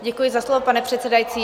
Děkuji za slovo, pane předsedající.